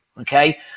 okay